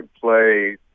play